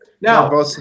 Now-